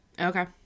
Okay